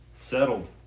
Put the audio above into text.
settled